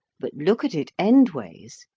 but look at it end-ways,